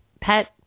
pet